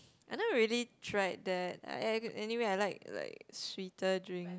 I never really tried that a~ anyway I like like sweeter drink